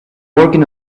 working